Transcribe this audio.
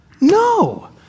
No